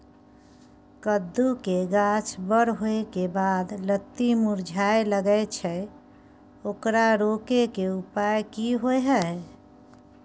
कद्दू के गाछ बर होय के बाद लत्ती मुरझाय लागे छै ओकरा रोके के उपाय कि होय है?